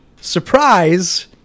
surprise